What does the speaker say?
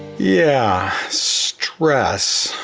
yeah, stress.